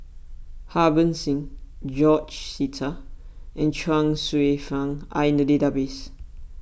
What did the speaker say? Harbans Singh George Sita and Chuang Hsueh Fang are in the database